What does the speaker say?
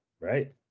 right